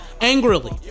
angrily